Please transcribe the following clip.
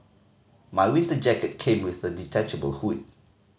my winter jacket came with a detachable hood